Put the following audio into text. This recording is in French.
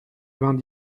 vingt